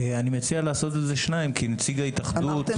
אני מציע לעשות את זה שניים כי נציג ההתאחדות ---.